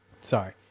Sorry